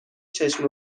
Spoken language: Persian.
چشم